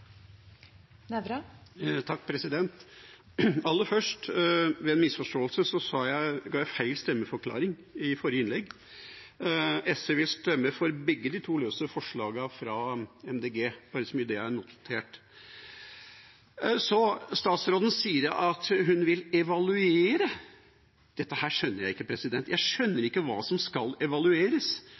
Aller først: Ved en misforståelse ga jeg feil stemmeforklaring i forrige innlegg. SV vil stemme for begge de løse forslagene fra MDG – bare så det blir notert. Statsråden sier at hun vil evaluere. Dette skjønner jeg ikke. Jeg skjønner ikke hva som skal evalueres.